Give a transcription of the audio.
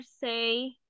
say